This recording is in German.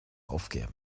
aufgeben